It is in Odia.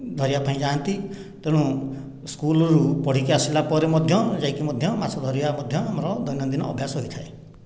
ଧରିବା ପାଇଁ ଯାନ୍ତି ତେଣୁ ସ୍କୁଲରୁ ପଢ଼ିକି ଆସିଲାପରେ ମଧ୍ୟ ଯାଇକି ମଧ୍ୟ ମାଛ ଧରିବା ମଧ୍ୟ ଆମର ଦୈନନ୍ଦିନ ଅଭ୍ୟାସ ହୋଇଥାଏ